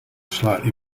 slightly